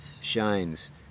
shines